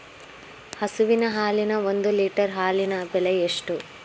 ಹಸುವಿನ ಹಾಲಿನ ಒಂದು ಲೀಟರ್ ಹಾಲಿನ ಬೆಲೆ ಎಷ್ಟು?